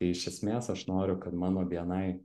tai iš esmės aš noriu kad mano bni